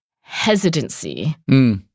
hesitancy